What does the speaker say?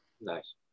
nice